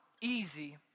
easy